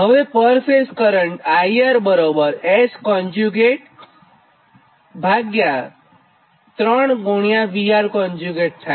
હવેપર phase current IRS3 VR થાય